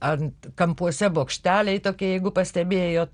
ant kampuose bokšteliai tokie jeigu pastebėjot